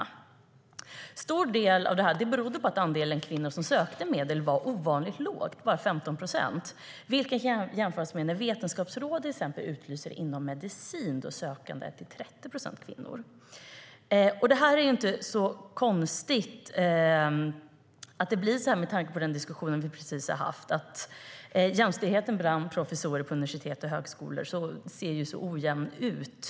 En stor del av detta berodde på att andelen kvinnor som sökte medel var ovanligt låg, bara 15 procent, vilket kan jämföras med när Vetenskapsrådet utlyser medel inom medicin, då 30 procent av de sökande är kvinnor. Det är inte så konstigt att det blir så här med tanke på den diskussion som vi precis har haft, nämligen att jämställdheten bland professorer på universitet och högskolor ser så ojämn ut.